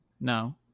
no